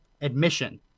admission